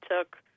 took